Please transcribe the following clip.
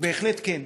בהחלט כן.